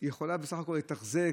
יכולה בסך הכול לתחזק,